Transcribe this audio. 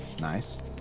Nice